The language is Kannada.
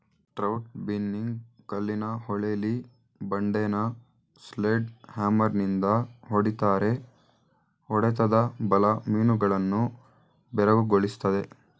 ಟ್ರೌಟ್ ಬಿನ್ನಿಂಗ್ ಕಲ್ಲಿನ ಹೊಳೆಲಿ ಬಂಡೆನ ಸ್ಲೆಡ್ಜ್ ಹ್ಯಾಮರ್ನಿಂದ ಹೊಡಿತಾರೆ ಹೊಡೆತದ ಬಲ ಮೀನುಗಳನ್ನು ಬೆರಗುಗೊಳಿಸ್ತದೆ